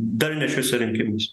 dar ne šiuose rinkimuose